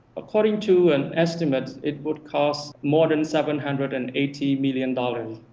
according to an estimate, it would cost more than seven hundred and eighty million dollars